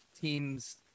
teams